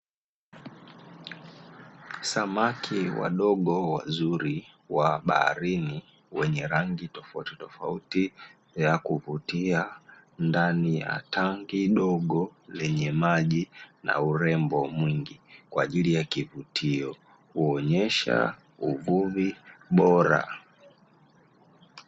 Samaki wadogo wazuri wa baharini wenye rangi tofautitofauti ya kuvutia ndani ya tangi dogo lenye maji na urembo mwingi, kwa ajili ya kivutio hunaonyesha uvuvi bora.